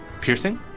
Piercing